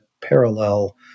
parallel